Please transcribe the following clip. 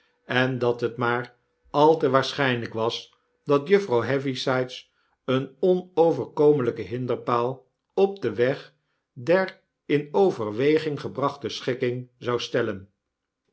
en dat het maar al te waarschynlyk was dat juffrouw heavysides een onoverkomelyke hinderpaal op den weg der in overweging gebrachte schikking zou stellen